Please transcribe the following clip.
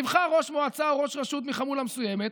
נבחר ראש מועצה או ראש רשות מחמולה מסוימת,